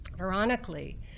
Ironically